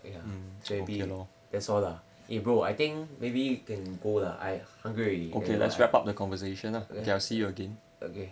ya that's all lah eh bro I think maybe you can go lah I hungry already okay